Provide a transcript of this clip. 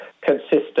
consistent